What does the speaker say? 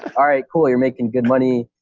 but ah right, cool, you're making good money.